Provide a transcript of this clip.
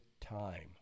time